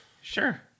Sure